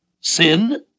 sin